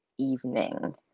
evening